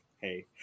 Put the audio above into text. Hey